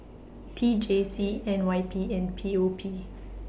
T J C N Y P and P O P